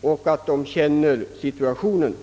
och känner situationen.